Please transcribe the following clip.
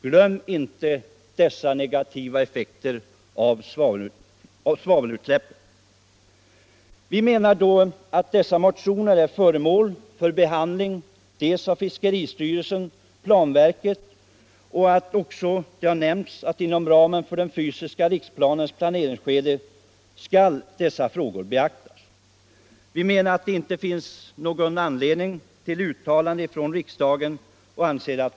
Glöm inte de negativa effekterna av svavelutsläpp. Beträffande motionerna hänvisar vi i utskottet tiil att dessa är föremål för behandling hos fiskeristyrelsen och planverket. Också inom ramen för den fysiska riksplanens planeringsskede skall dessa frågor beaktas. Därför anser vi att det inte finns någon anledning till uttalande från riksdagen.